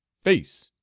face!